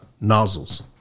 nozzles